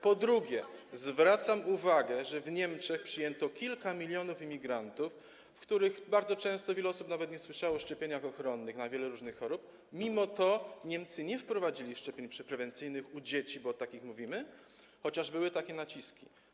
Po drugie, zwracam uwagę, że w Niemczech przyjęto kilka milionów imigrantów z krajów, w których bardzo często wiele osób nawet nie słyszało o szczepieniach ochronnych na wiele różnych chorób, mimo to Niemcy nie wprowadzili szczepień prewencyjnych u dzieci, bo o takich mówimy, chociaż były takie naciski.